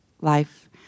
life